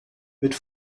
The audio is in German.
mit